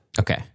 Okay